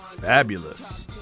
fabulous